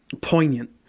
poignant